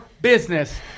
business